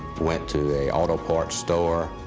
went to a auto parts store.